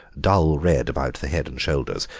dull red about the head and shoulders,